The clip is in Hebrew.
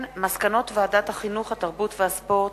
מסקנות ועדת החינוך, התרבות והספורט